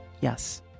Yes